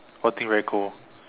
what thing very cold